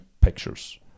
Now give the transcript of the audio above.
pictures